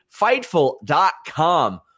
fightful.com